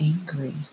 angry